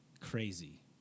crazy